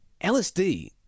LSD